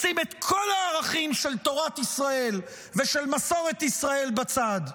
לשים את כל הערכים של תורת ישראל ושל מסורת ישראל בצד: